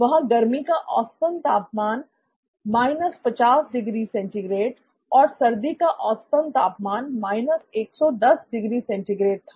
वहां गर्मी का औसतन तापमान 50° C और सर्दी का औसतन तापमान 110° C था